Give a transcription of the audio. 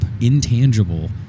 intangible